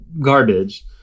garbage